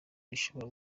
ishobora